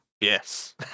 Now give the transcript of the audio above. Yes